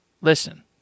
listen